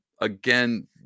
Again